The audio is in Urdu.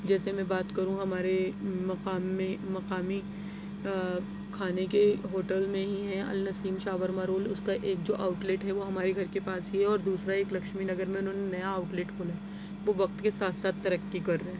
جیسے میں بات کروں ہمارے مقام میں مقامی کھانے کے ہوٹل میں ہی ہے النسیم شورما رول اُس کا ایک جو آؤٹ لیٹ ہے وہ ہمارے گھر کے پاس ہی ہے اور دوسرا ایک لکشمی نگر میں اُنہوں نے نیا آؤٹ لیٹ کھولا تو وقت کے ساتھ ساتھ ترقی کر رہے ہیں